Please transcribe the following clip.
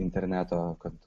interneto kad